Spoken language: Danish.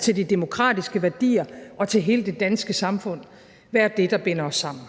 til de demokratiske værdier og til hele det danske samfund være det, der binder os sammen.